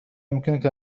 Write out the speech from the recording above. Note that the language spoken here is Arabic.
يمكنك